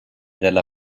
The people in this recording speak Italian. dalla